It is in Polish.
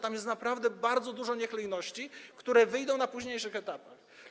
Tam jest naprawdę bardzo dużo niechlujności, które wyłonią się na późniejszych etapach.